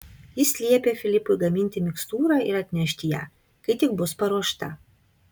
jis liepė filipui gaminti mikstūrą ir atnešti ją kai tik bus paruošta